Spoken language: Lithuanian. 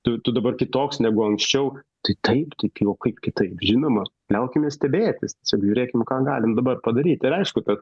tu dabar kitoks negu anksčiau tai taip taip o kaip kitaip žinoma liaukimės stebėtis tiesiog žiūrėkim ką galim dabar padaryt ir aišku kad